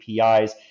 APIs